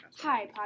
Hi